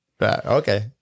Okay